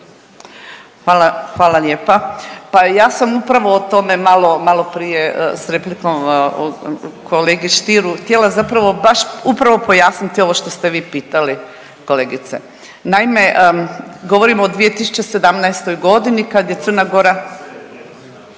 Hvala lijepa. Pa ja sam upravo o tome maloprije s replikom kolegi Stieru htjela zapravo baš upravo pojasniti ovo što ste vi pitali, kolegice. Naime, govorimo o 2017. g. kad je Crna Gora